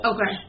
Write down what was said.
Okay